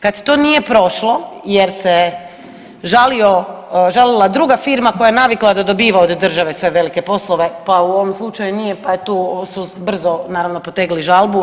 Kad to nije prošlo jer se žalila druga firma koja je navikla da dobiva od države sve velike poslove, pa u ovom slučaju nije pa su tu brzo naravno potegli žalbu.